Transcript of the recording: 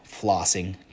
flossing